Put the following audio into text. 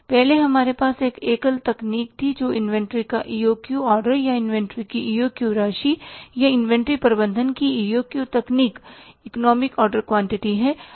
पहले हमारे पास एक एकल तकनीक थी जो इन्वेंट्री का ईओक्यू ऑर्डर या इन्वेंट्री की ईओक्यू राशि या इन्वेंट्री प्रबंधन की ईओक्यू तकनीक इकोनामिक ऑर्डर क्वांटिटी है